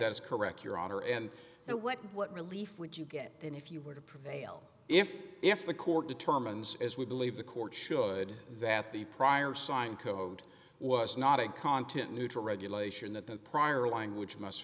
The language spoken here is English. that's correct your honor and so what what relief would you get then if you were to prevail if if the court determines as we believe the court should that the prior signed code was not a content neutral regulation that the prior language must